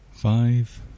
Five